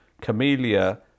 Camellia